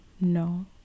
no